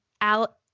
Al